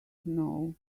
know